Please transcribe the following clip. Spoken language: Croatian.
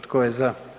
Tko je za?